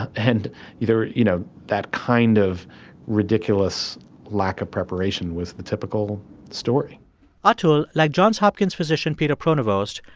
and either you know, that kind of ridiculous lack of preparation was the typical story atul, like johns hopkins physician peter pronovost,